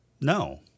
no